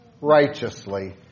righteously